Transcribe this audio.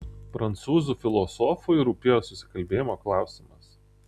prancūzų filosofui rūpėjo susikalbėjimo klausimas